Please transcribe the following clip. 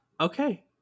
okay